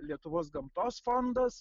lietuvos gamtos fondas